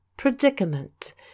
predicament